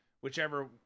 whichever